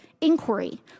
inquiry